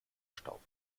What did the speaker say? staub